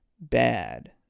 bad